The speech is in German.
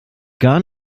gar